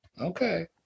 Okay